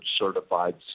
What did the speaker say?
certified